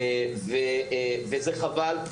זה חבל,